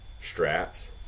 straps